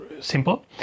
simple